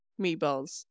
meatballs